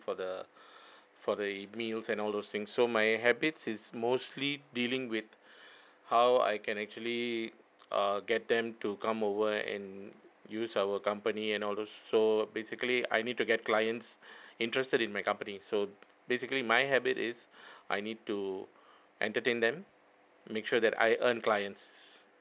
for the for the meals and all those thing so my habits is mostly dealing with how I can actually uh get them to come over and use our company and all those so basically I need to get clients interested in my company so basically my habit is I need to entertain them make sure that I earn clients